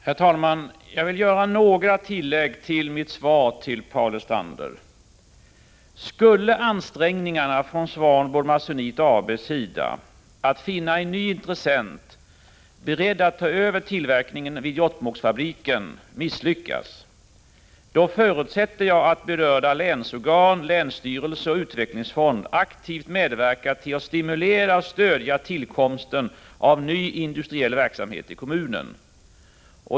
Herr talman! Jag vill göra några tillägg till mitt svar till Paul Lestander. Skulle ansträngningarna från Swanboard Masonites sida att finna en ny intressent, beredd att ta över tillverkningen vid Jokkmokksfabriken, misslyckas, förutsätter jag att berörda organ, länsstyrelsen och utvecklingsfonden, aktivt medverkar till att stimulera och stödja tillkomsten av ny industriell verksamhet i kommunen.